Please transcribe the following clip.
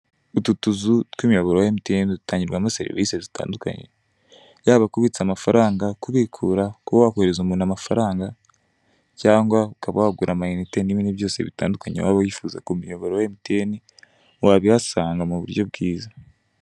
utu tuzu tw'umuyoboro wa emutiyeni dutangirwamo serivisi zitandukanye yaba kubitsa amafaranga, kubikura, kuba wakohereza umuntu amafaranga cyangwa ukaba wagura ama inite n'ibindi byose bitandukanye waba wifuza ku muyoboro wa emutiyeni wabihasanga mu buryo bwiza.